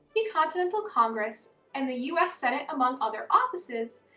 the continental congress, and the us senate, among other offices,